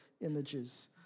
images